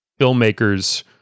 filmmakers